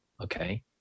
Okay